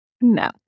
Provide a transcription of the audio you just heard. no